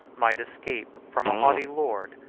might escape from a haughty lord,